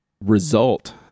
result